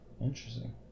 Interesting